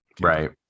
Right